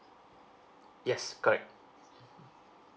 yes correct